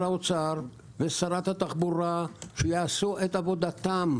האוצר ושרת התחבורה שיעשו את עבודתם.